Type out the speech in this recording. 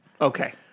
Okay